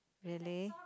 really